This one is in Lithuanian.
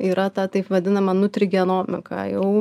yra ta taip vadinama nutrigenomika jau